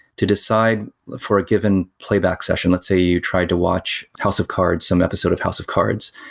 to decide for a given playback session. let's say you tried to watch house of cards, some episode of house of cards.